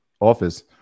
office